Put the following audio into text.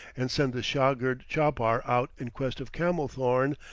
and send the shagird-chapar out in quest of camel-thorn,